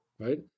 right